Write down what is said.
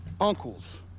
uncles